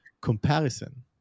comparison